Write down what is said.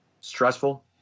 stressful